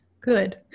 good